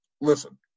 Listen